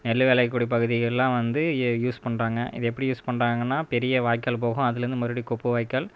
நெல் விளையக்கூடிய பகுதிகளெலாம் வந்து யூஸ் பண்ணுறாங்க இதை எப்படி யூஸ் பண்ணுறாங்கனா பெரிய வாய்க்கால் போகும் அதுலேருந்து மறுபடியும் கொப்பு வாய்க்கால்